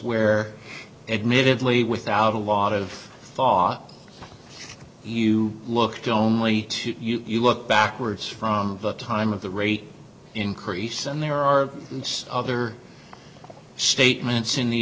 where admittedly without a lot of thought you looked only to look backwards from the time of the rate increase and there are other statements in the